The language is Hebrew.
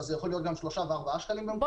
כך שזה יכול להיות גם שלושה וארבעה